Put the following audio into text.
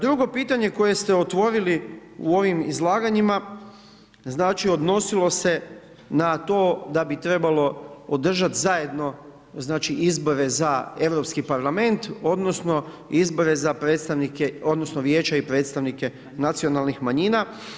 Drugo pitanje koje ste otvorili u ovim izlaganjima, znači odnosilo se na to da bi trebalo održat zajedno, znači, izbore za Europski parlament odnosno izbore za predstavnike odnosno vijeća i predstavnike nacionalnih manjina.